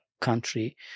country